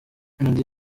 meddy